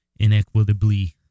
inequitably